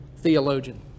theologian